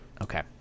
Okay